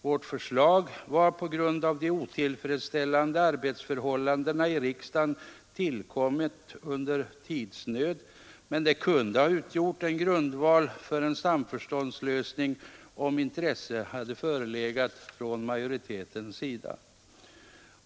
Vårt förslag var på grund av de otillfredsställande arbetsförhållandena i riksdagen tillkommet under tidsnöd, men det kunde ha utgjort en grundval för en samförståndslösning, om intresse hade förelegat från majoritetens sida.